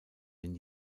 den